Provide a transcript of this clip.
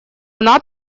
она